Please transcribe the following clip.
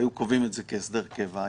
והיו קובעים את זה כהסדר קבע,